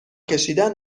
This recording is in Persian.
کشیدن